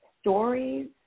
stories